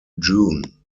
june